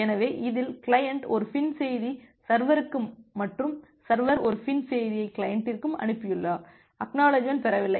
எனவே இதில் கிளையன்ட் ஒரு FIN செய்தி சர்வருக்கும் மற்றும் சர்வர் ஒரு FIN செய்தி கிளையண்டிற்கும் அனுப்பியுள்ளார் ACK அனுப்பவில்லை